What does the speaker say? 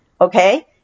okay